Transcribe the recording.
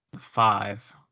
five